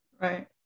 right